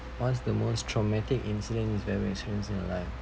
what's the most traumatic incident you have ever experienced in your life